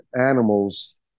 animals